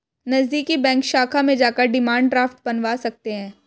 नज़दीकी बैंक शाखा में जाकर डिमांड ड्राफ्ट बनवा सकते है